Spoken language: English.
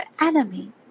enemy